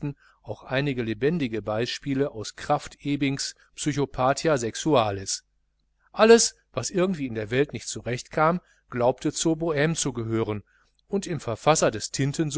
auch einige lebendige beispiele aus krafft ebings psychopathia sexualis alles was irgendwie in der welt nicht zurechtkam glaubte zur bohme zu gehören und im verfasser des